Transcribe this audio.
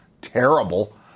terrible